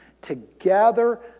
together